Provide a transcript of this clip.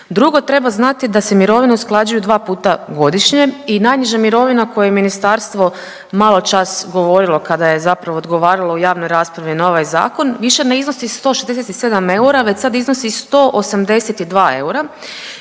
Drugo, treba znati da se mirovine usklađuju dva puta godišnje i najniža mirovina o kojoj je ministarstvo maločas govorilo kada je zapravo odgovaralo u javnoj raspravi na ovaj zakon, više ne iznosi 167 eura već sad iznosi 182 eura